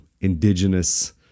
indigenous